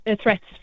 threats